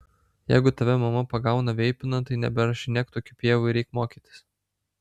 jeigu tave mama pagauna veipinant tai neberašinėk tokių pievų ir eik mokytis